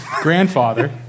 Grandfather